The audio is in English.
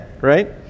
right